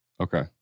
Okay